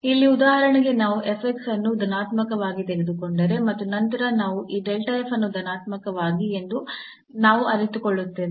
ಇಲ್ಲಿ ಉದಾಹರಣೆಗೆ ನಾವು ಅನ್ನು ಧನಾತ್ಮಕವಾಗಿ ತೆಗೆದುಕೊಂಡರೆ ಮತ್ತು ನಂತರ ನಾವು ಈ ಅನ್ನು ಧನಾತ್ಮಕವಾಗಿ ಎಂದು ನಾವು ಅರಿತುಕೊಳ್ಳುತ್ತೇವೆ